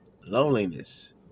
loneliness